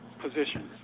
positions